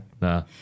Nah